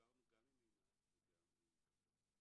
דיברנו גם עם עינת וגם עם קפוסטה,